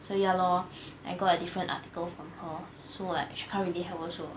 so ya lor I got a different article from her so like she can't really help also